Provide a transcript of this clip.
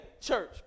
church